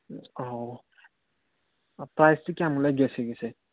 ꯑꯣ ꯄ꯭ꯔꯥꯏꯁꯇꯤ ꯀꯌꯥꯃꯨꯛ ꯂꯩꯒꯦ ꯑꯦ ꯁꯤꯒꯤꯁꯦ